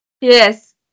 Yes